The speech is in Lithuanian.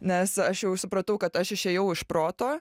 nes aš jau supratau kad aš išėjau iš proto